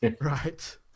Right